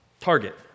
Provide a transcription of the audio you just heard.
target